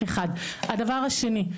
הדבר השני,